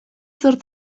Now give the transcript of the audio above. zor